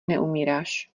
neumíráš